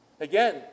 Again